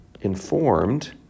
informed